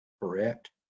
Correct